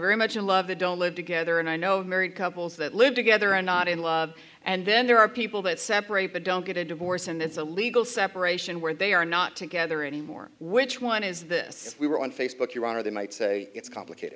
very much in love they don't live together and i know married couples that live together are not in love and then there are people that separate but don't get a divorce and it's a legal separation where they are not together anymore which one is this we were on facebook your honor they might say it's